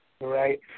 Right